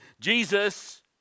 Jesus